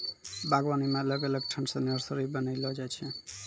बागवानी मे अलग अलग ठंग से नर्सरी बनाइलो जाय छै